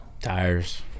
tires